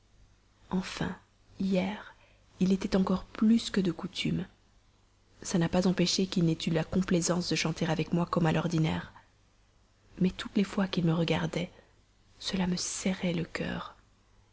enfin hier il l'était encore plus que de coutume ca n'a pas empêché qu'il n'ait eu la complaisance de chanter avec moi comme à l'ordinaire mais toutes les fois qu'il me regardait cela me serrait le cœur